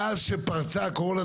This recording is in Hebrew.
מאז שפרצה הקורונה,